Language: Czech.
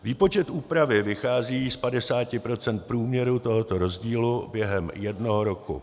Výpočet úpravy vychází z 50 % průměru tohoto rozdílu během jednoho roku.